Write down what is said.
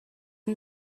این